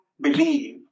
believe